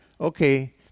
okay